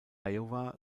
iowa